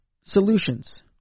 solutions